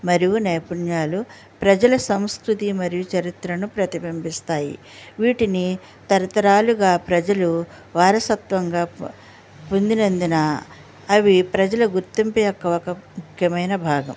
మరియు నైపుణ్యాలు ప్రజల సంస్కృతి మరియు చరిత్రను ప్రతిబింబిస్తాయి వీటిని తరతరాలుగా ప్రజలు వారసత్వంగా పొందినందున అవి ప్రజల గుర్తింపు యొక్క ఒక ముఖ్యమైన భాగం